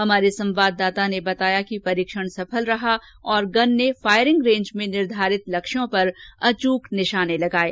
हमारे संवाददाता ने बताया कि परीक्षण सफल रहा और गन ने फायरिंग रेंज में निर्धारित लक्ष्यों पर अच्क निशाने लगाये